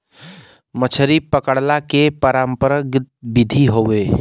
मछरी पकड़ला के परंपरागत विधि हौ